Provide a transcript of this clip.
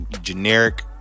generic